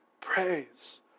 Praise